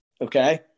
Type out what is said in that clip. okay